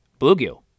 bluegill